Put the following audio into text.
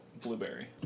Blueberry